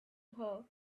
her